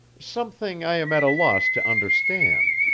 something i am at a loss to understand.